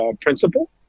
principle